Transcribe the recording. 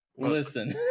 Listen